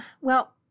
Well